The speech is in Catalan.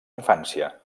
infància